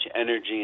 energy